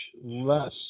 less